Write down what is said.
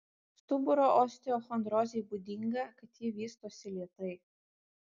stuburo osteochondrozei būdinga kad ji vystosi lėtai